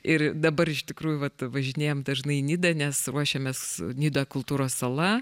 ir dabar iš tikrųjų vat važinėjam dažnai į nidą nes ruošiamės nida kultūros sala